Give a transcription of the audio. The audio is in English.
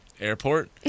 Airport